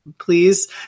please